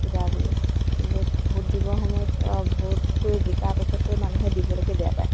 কিবা বুলি কিন্তু ভোট দিব সময়ত অ ভোটটো জিকাৰ পাছততো মানুহে দিবলৈকে বেয়া পায়